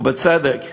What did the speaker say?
ובצדק,